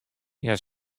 hja